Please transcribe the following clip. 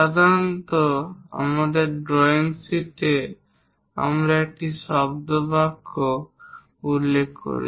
সাধারণত আমাদের ড্রয়িং শীটে আমরা একটি শব্দ বাক্য উল্লেখ করি